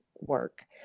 work